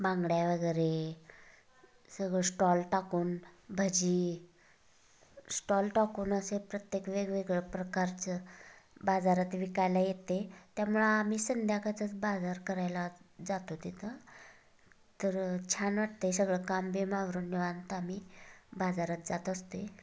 बांगड्या वगैरे सगळं स्टॉल टाकून भजी स्टॉल टाकून असे प्रत्येक वेगवेगळं प्रकारचं बाजारात विकायला येते त्यामुळे आम्ही संध्याकाळचाच बाजार करायला जातो तिथं तर छान वाटत आहे सगळं कामबिम आवरून निवांत आम्ही बाजारात जात असतोय